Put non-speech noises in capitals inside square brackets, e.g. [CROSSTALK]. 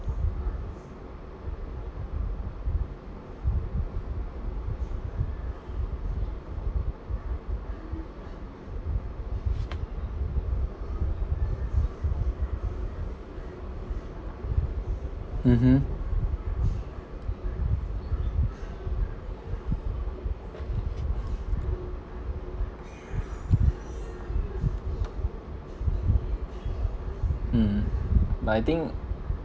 mmhmm [NOISE] mm but I think